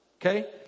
Okay